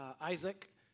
Isaac